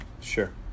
sure